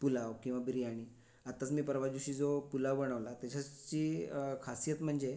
पुलाव किंवा बिर्याणी आत्ताच मी परवा दिवशी जो पुलाव बनवला तेचि अशी खासियत म्हणजे